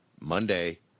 Monday